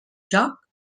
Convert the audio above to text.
joc